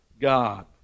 God